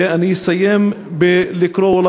ואסיים בלקרוא,